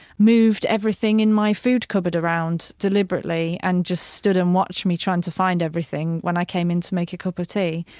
moved everything in my food cupboard around deliberately and just stood and watched me trying to find everything when i came in to make a cup of tea.